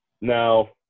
Now